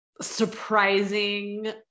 surprising